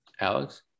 Alex